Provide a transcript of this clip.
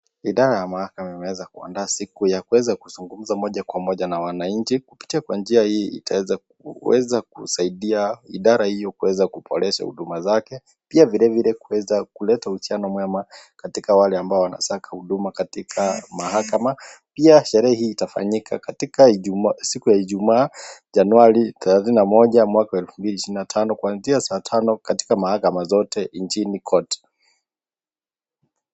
Idara ya mahakama imeweza kuandaa siku ya kuweza kuzungumza moja kwa moja na wananchi kupitia kwa njia hii itaweza kusaidia idara hiyo kuweza kuboresha huduma zake pia vilevile kuweza kuleta uhusiano mwema katika wale ambao wanasaka huduma katika mahakama pia sherehe hii itafanyika katika Ijumaa siku ya Ijumaa Januari therathini na moja mwaka wa elfu mbili ishirini na tano kwanzia saa tano katika mahakama zote nchini kote.